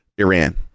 Iran